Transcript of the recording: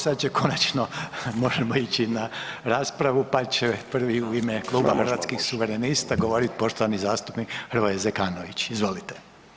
Sad konačno možemo ići na raspravu, pa će prvi u ime Kluba Hrvatskih suverenista govorit poštovani zastupnik Hrvoje Zekanović, izvolite.